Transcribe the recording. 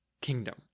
kingdom